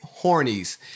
hornies